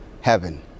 heaven